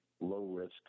low-risk